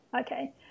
Okay